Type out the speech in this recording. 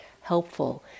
helpful